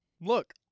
Look